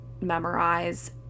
memorize